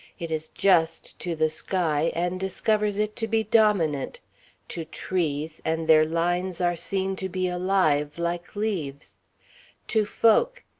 it is just to the sky and discovers it to be dominant to trees, and their lines are seen to be alive, like leaves to folk,